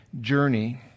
journey